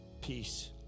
Peace